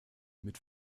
mit